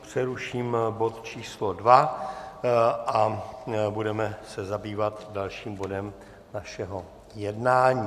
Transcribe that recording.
Přeruším bod číslo 2 a budeme se zabývat dalším bodem našeho jednání.